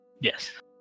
Yes